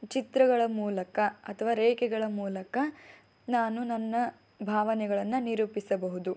ಚಿತ್ರಗಳ ಮೂಲಕ ಅಥವಾ ರೇಖೆಗಳ ಮೂಲಕ ನಾನು ನನ್ನ ಭಾವನೆಗಳನ್ನು ನಿರೂಪಿಸಬಹುದು